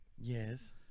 Yes